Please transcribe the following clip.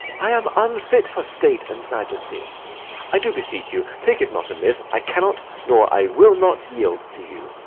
i am unfit for state and majesty i do beseech you, take it not amiss i cannot nor i will not yield to you.